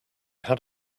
had